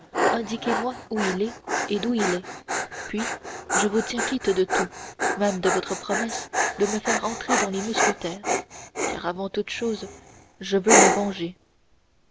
indiquez-moi qui il est et d'où il est puis je vous tiens quitte de tout même de votre promesse de me faire entrer dans les mousquetaires car avant toute chose je veux me venger